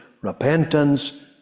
repentance